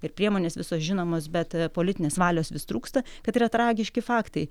ir priemonės visos žinomos bet politinės valios vis trūksta kad yra tragiški faktai